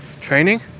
training